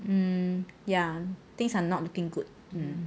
um ya things are not looking good